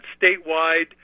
statewide